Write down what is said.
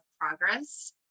progress